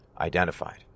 identified